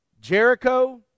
Jericho